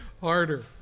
harder